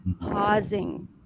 pausing